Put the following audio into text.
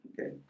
Okay